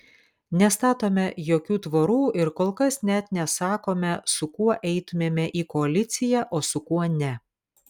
nestatome jokių tvorų ir kol kas net nesakome su kuo eitumėme į koaliciją o su kuo ne